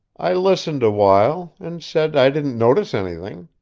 i listened awhile, and said i didn't notice anything.